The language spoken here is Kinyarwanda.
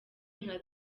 nka